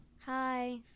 Hi